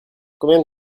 combien